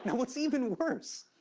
what's even worse,